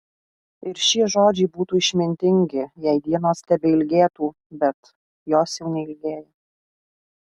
ir šie žodžiai būtų išmintingi jei dienos tebeilgėtų bet jos jau neilgėja